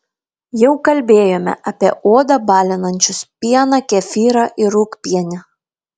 jau kalbėjome apie odą balinančius pieną kefyrą ir rūgpienį